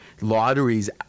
lotteries